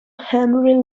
henry